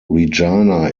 regina